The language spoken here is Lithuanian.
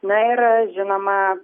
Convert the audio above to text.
na ir žinoma